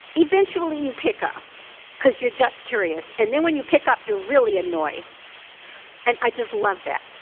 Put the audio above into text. eventually you pick up cause you're just curious and then when you pick up, you're really annoyed and i just love that.